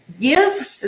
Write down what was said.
give